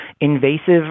invasive